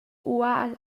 ual